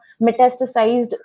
metastasized